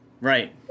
right